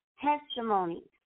testimonies